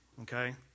Okay